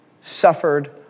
suffered